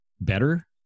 better